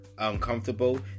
uncomfortable